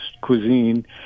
cuisine